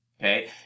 okay